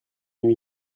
nuit